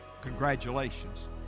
congratulations